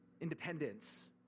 independence